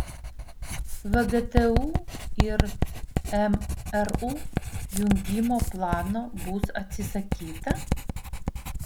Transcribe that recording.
vgtu ir mru jungimo plano bus atsisakyta